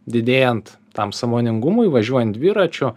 didėjant tam sąmoningumui važiuojant dviračiu